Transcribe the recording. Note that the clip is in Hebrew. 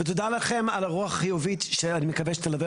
ותודה לכם על הרוח החיובית שאני מקווה שתלווה